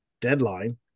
deadline